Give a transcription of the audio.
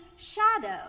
shadow